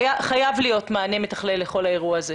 חייב להיות מענה מתכלל לכל האירוע הזה.